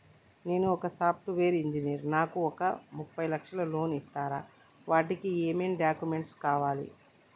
నేను ఒక software engineer నాకు ఒక ముప్పై లక్షల లోన్ ఇస్తరా? వాటికి ఏం డాక్యుమెంట్స్ కావాలి?